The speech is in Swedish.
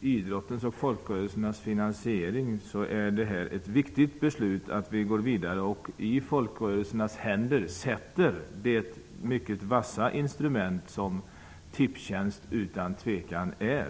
idrottens och folkrörelsernas finansiering är det viktigt att vi går vidare och i folkrörelsernas händer sätter det mycket vassa instrument som Tipstjänst utan tvekan är.